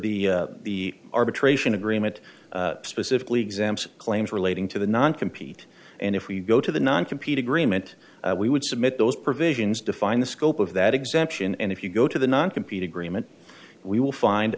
the the arbitration agreement specifically exams claims relating to the non compete and if we go to the non compete agreement we would submit those provisions define the scope of that exemption and if you go to the non compete agreement we will find